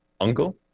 Uncle